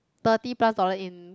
thirty plus dollar in